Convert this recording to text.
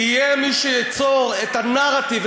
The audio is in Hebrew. כי יהיה מי שייצור את הנרטיב,